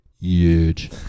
huge